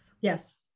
Yes